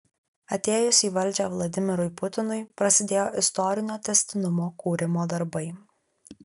atėjus į valdžią vladimirui putinui prasidėjo istorinio tęstinumo kūrimo darbai